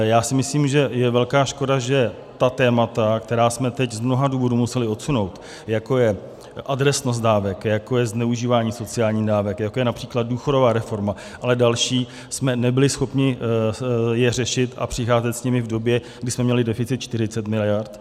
Já si myslím, že je velká škoda, že ta témata, která jsme teď z mnoha důvodů museli odsunout, jako je adresnost dávek, jako je zneužívání sociálních dávek, jako je například důchodová reforma, ale i další, jsme nebyli schopni řešit a přicházet s nimi v době, kdy jsme měli deficit 40 mld.